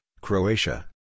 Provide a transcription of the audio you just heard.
Croatia